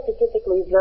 specifically